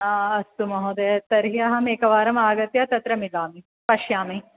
हा अस्तु महोदया तर्हि अहमेकवारम् आगत्य तत्र मिलामि पश्यामि